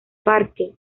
parque